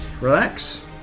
relax